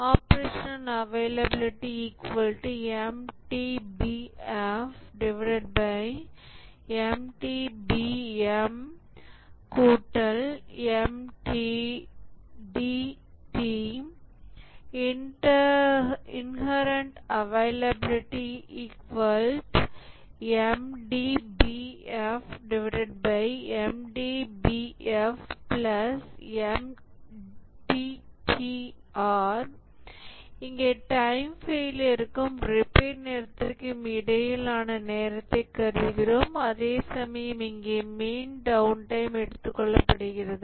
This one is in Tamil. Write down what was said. Operational availabilityMTBF MTBM MDT Inherent availability MTBF MTBF MTTR இங்கே டைம் ஃபெயிலியர்க்கும் ரிப்பேர் நேரத்திற்கும் இடையிலான நேரத்தை கருதுகிறோம் அதேசமயம் இங்கே மீன் டவுன் டைம் எடுத்துக்கொள்ளப்படுகிறது